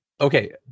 Okay